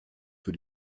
für